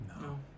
no